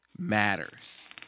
matters